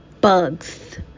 bugs